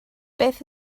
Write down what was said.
beth